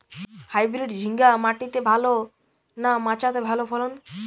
Hybrid ঝিঙ্গা মাটিতে ভালো না মাচাতে ভালো ফলন?